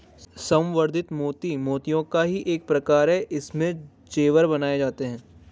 संवर्धित मोती मोतियों का ही एक प्रकार है इससे जेवर बनाए जाते हैं